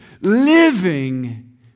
living